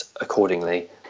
accordingly